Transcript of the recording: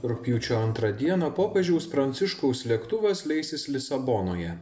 rugpjūčio antrą dieną popiežiaus pranciškaus lėktuvas leisis lisabonoje